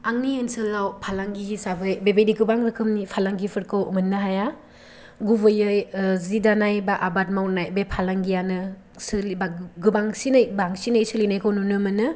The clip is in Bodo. आंनि ओनसोलाव फालांगि हिसाबै बेबायदि गोबां रोखोमनि फालांगिफोरखौ मोननो हाया गुबैयै ओ जि दानाय बा आबाद मावनाय बे फालांगियानो गोबांसिनै बांसिनै सोलिनायखौ नुनो मोनो